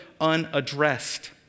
unaddressed